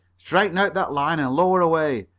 straighten out that line and lower away.